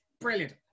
brilliant